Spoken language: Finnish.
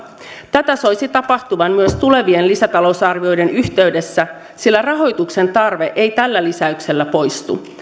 tätä soisi tapahtuvan myös tulevien lisätalousarvioiden yhteydessä sillä rahoituksen tarve ei tällä lisäyksellä poistu